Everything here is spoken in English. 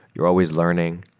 you're always learning.